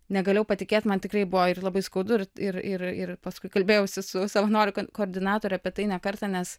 negalėjau patikėt man tikrai buvo ir labai skaudu ir ir ir ir paskui kalbėjausi su savanorių koordinatore apie tai ne kartą nes